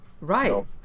Right